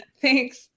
Thanks